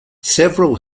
several